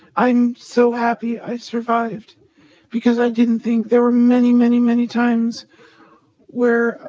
i'm so happy i survived because i didn't think there were many, many, many times where,